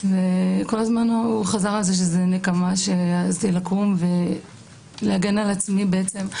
כל הזמן הוא חזר ואמר שזאת נקמה על כך שהעזתי לקום ולהגן על עצמי בעצם,